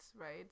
right